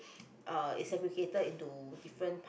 uh it's segregated into different